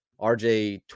RJ